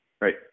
right